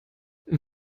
wer